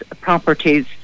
properties